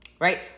right